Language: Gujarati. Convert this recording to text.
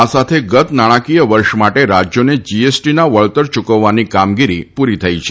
આ સાથે ગત નાણાંકીય વર્ષ માટે રાજ્યોને જીએસટીના વળતર યૂકવવાની કામગીરી પૂરી થઈ છે